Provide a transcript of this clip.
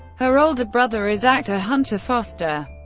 her older brother is actor hunter foster.